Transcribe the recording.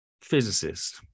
physicist